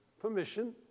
permission